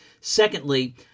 Secondly